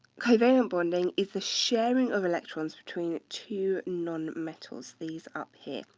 covalent bonding is the sharing of electrons between two nonmetals, these up here.